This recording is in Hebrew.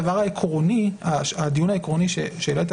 הדיון העקרוני שהעלית,